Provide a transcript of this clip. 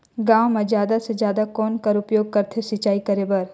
गांव म जादा से जादा कौन कर उपयोग करथे सिंचाई करे बर?